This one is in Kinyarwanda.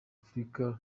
africa